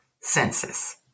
census